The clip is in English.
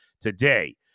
today